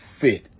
fit